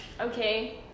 Okay